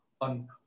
on